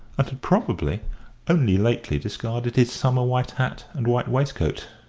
and had probably only lately discarded his summer white hat and white waistcoat.